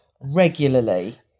regularly